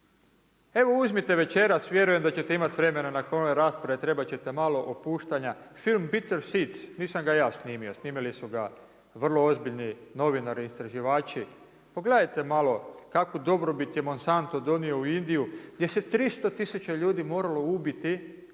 Evo uzmite večeras, vjerujem da ćete imati vremena nakon ove rasprave, trebati ćete malo opuštanja, film Bitter seeds nisam ga ja snimio, snimili su ga vrlo ozbiljni novinari, istraživači. Pogledajte malo, kakvu dobrobit je Monsanto donio u Indiju, gdje se 300000 moralo ubiti,